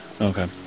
Okay